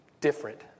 different